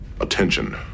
attention